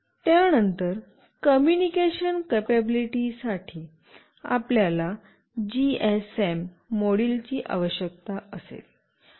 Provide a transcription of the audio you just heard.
त्यानंतर कम्युनिकेशन कपॅबिलिटीसाठी आपल्याला जीएसएम मॉड्यूलची आवश्यकता असेल